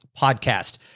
Podcast